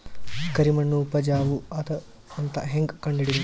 ಕರಿಮಣ್ಣು ಉಪಜಾವು ಅದ ಅಂತ ಹೇಂಗ ಕಂಡುಹಿಡಿಬೇಕು?